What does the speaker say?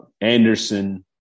Anderson